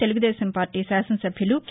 Telugu Desam party శాసనసభ్యులు K